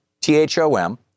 T-H-O-M